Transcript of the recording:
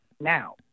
now